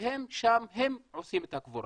שהם עושים את הקבורה,